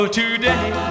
today